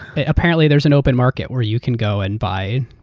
and apparently, there's an open market where you can go and buy.